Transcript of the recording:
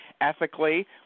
ethically